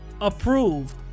approved